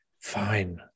fine